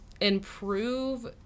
improve